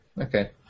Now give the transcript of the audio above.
Okay